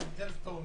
גם מטלז-סטון,